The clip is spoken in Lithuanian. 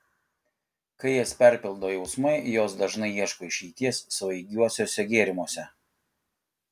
kai jas perpildo jausmai jos dažnai ieško išeities svaigiuosiuose gėrimuose